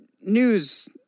news